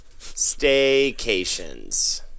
Staycations